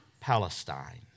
Palestine